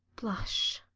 blush,